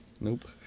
Nope